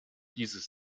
dieses